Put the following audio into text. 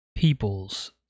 peoples